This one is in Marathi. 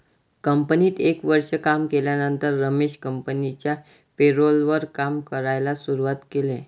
कंपनीत एक वर्ष काम केल्यानंतर रमेश कंपनिच्या पेरोल वर काम करायला शुरुवात केले